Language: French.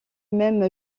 même